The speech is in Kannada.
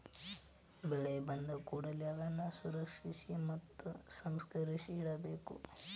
ಬೆಳೆ ಬಂದಕೂಡಲೆ ಅದನ್ನಾ ಸಂರಕ್ಷಿಸಿ ಮತ್ತ ಸಂಸ್ಕರಿಸಿ ಇಡಬೇಕು